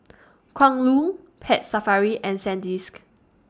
Kwan Loong Pet Safari and Sandisk